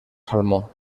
salmó